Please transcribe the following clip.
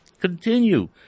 continue